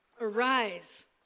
Arise